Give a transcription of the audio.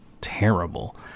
terrible